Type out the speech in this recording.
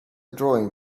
drawing